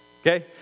Okay